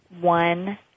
one